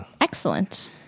Excellent